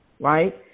right